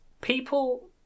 people